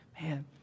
Man